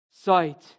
sight